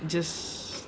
just